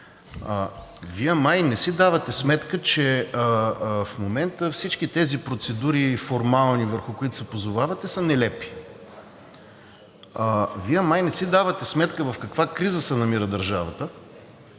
Вие май не си давате сметка, че в момента всички тези формални процедури, върху които се позовавате, са нелепи. Вие май не си давате сметка в каква криза се намира държавата!